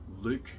Luke